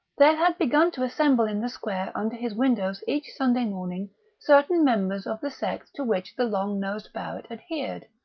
there had begun to assemble in the square under his windows each sunday morning certain members of the sect to which the long-nosed barrett adhered.